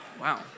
Wow